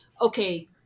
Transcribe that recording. okay